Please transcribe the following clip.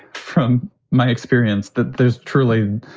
from my experience that there's truly